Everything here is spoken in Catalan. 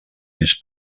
més